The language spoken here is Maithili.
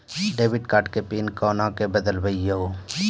डेबिट कार्ड के पिन कोना के बदलबै यो?